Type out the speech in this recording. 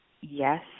Yes